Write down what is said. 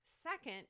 second